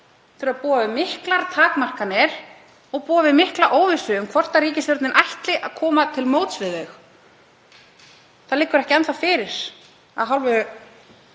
þurfa að búa við miklar takmarkanir og mikla óvissu um hvort ríkisstjórnin ætli að koma til móts við þau. Það liggur ekki enn þá fyrir af hálfu